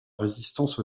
résistance